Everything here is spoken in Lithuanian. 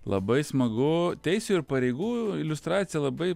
labai smagu teisių ir pareigų iliustracija labai